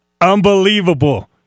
Unbelievable